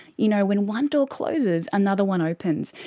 you know when one door closes, another one opens.